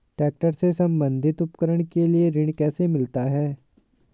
Tractor से संबंधित उपकरण के लिए ऋण कैसे मिलता है?